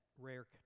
rare